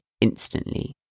instantly